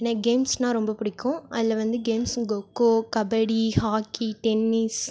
எனக் கேம்ஸ்னால் ரொம்ப பிடிக்கும் அதில் வந்து games kho kho kabaddi hockey tennis